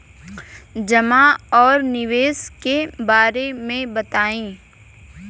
जमा और निवेश के बारे मे बतायी?